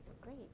Great